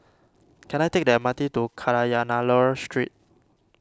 can I take the M R T to Kadayanallur Street